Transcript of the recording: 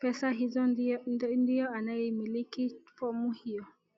pesa hizo ndiye anayemiliki fomu hiyo.